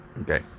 Okay